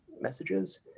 messages